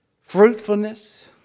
fruitfulness